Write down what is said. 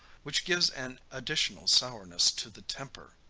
which gives an additional sourness to the temper.